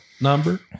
number